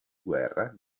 guerra